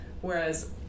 whereas